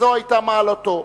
וזו היתה מעלתו.